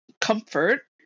comfort